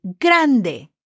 grande